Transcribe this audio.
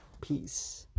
Peace